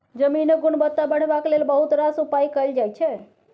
जमीनक गुणवत्ता बढ़ेबाक लेल बहुत रास उपाय कएल जाइ छै